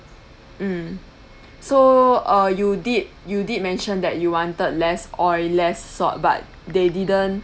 mm so uh you did you did mention that you wanted less oil less salt but they didn't